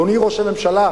אדוני ראש הממשלה,